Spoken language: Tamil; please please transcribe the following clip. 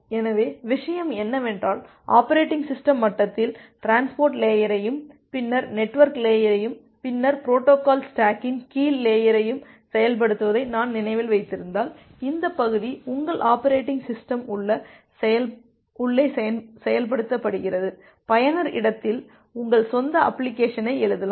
எனவே விஷயம் என்னவென்றால் அப்ரேட்டிங் சிஸ்டம் மட்டத்தில் டிரான்ஸ்போர்ட் லேயரையும் பின்னர் நெட்வொர்க் லேயரையும் பின்னர் புரோட்டோகால் ஸ்டேக்கின் கீழ் லேயரையும் செயல்படுத்துவதை நான் நினைவில் வைத்திருந்தால் இந்த பகுதி உங்கள் அப்ரேட்டிங் சிஸ்டம் உள்ளே செயல்படுத்தப்படுகிறது பயனர் இடத்தில் உங்கள் சொந்த அப்ளிகேஷனை எழுதலாம்